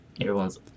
Everyone's